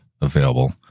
available